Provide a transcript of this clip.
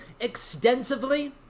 Extensively